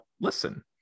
listen